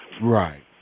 Right